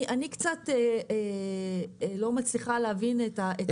אני לא מצליחה להבין את הבקשה.